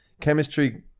chemistry